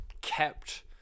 kept